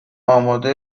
آماده